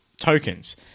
tokens